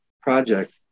project